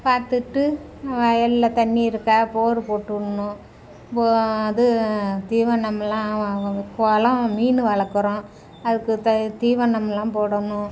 பார்த்துட்டு வயலில் தண்ணி இருக்கா போரு போட்டு விட்ணும் போ இது தீவனமெலாம் வாங்க குளோம் மீன் வளர்கறோம் அதுக்கு த தீவனமெலாம் போடணும்